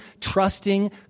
trusting